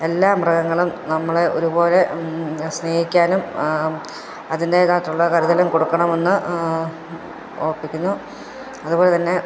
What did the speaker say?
എല്ലാ മൃഗങ്ങളും നമ്മളെ ഒരുപോലെ സ്നേഹിക്കാനും അതിൻ്റെതായിട്ടുള്ള കരുതലും കൊടുക്കണമെന്ന് ഓർമിപ്പിക്കുന്നു അതുപോലെ തന്നെ